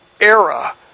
era